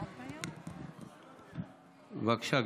בבקשה,